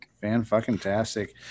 Fan-fucking-tastic